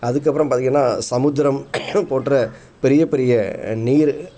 அதற்கப்பறம் பார்த்தீங்கன்னா சமுத்திரம் போன்ற பெரியப் பெரிய நீர்